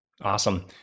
Awesome